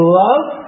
love